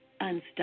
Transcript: Unstuck